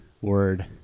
word